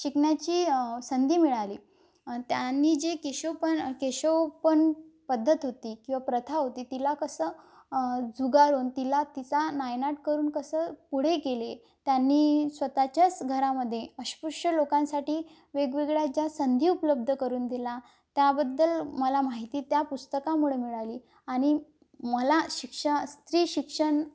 शिकण्या्ची संधी मिळाली आणि त्यांनी जे केशवपन केशवपन पद्धत होती किंवा प्रथा होती तिला कसं जुगारून तिला तिचा नायनाट करून कसं पुढे गेले त्यांनी स्वतःच्याच घरामध्ये अ्पुश्य लोकांसाठी वेगवेगळ्या ज्या संधी उपलब्ध करून दिला त्याबद्दल मला माहिती त्या पुस्तकामुळे मिळाली आणि मला शिक्षा स्त्री शिक्षण